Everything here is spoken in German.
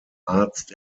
arzt